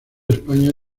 españa